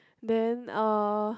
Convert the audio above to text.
then uh